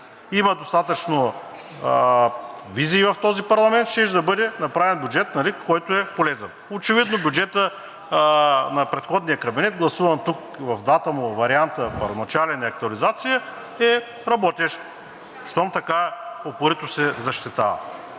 Има достатъчно визии в този парламент, щеше да бъде направен бюджет, който е полезен. Очевидно бюджетът на предходния кабинет, гласуван тук в двата му варианта – първоначален и актуализация, е работещ, щом така упорито се защитава,